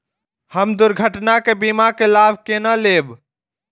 हम दुर्घटना के बीमा के लाभ केना लैब?